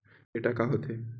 Data का होथे?